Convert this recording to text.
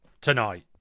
tonight